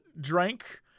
drank